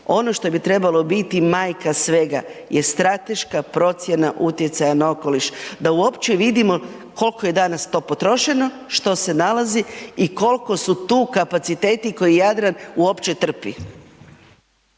ono što bi trebalo biti majka svega je strateška procjena utjecaja na okoliš, da uopće vidimo kolko je danas to potrošeno, što se nalazi i kolko su tu kapaciteti koje Jadran uopće trpi.